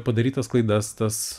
padarytas klaidas tas